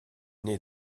née